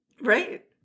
Right